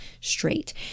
straight